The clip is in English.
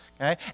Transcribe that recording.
okay